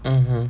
mmhmm